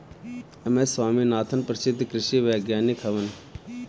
M S Swaminathan प्रसिद्ध कृषि वैज्ञानिक हवन